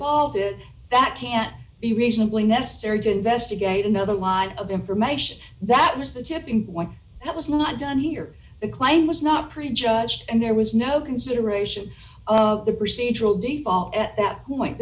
paul did that can be reasonably necessary to investigate another line of information that was the tipping one that was not done here the claim was not prejudged and there was no consideration of the procedural default at that point